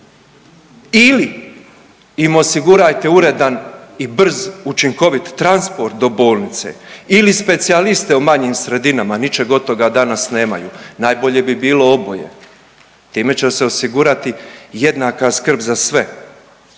ili im osigurajte uredan i brz, učinkovit transport do bolnice ili specijaliste u manjim sredinama, ničeg od toga danas nemaju. Najbolje bi bilo oboje. Time će se osigurati jednaka skrb za sve.